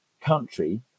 country